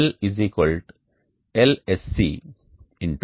L LSC 1 0